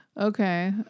Okay